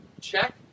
Check